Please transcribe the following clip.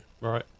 Right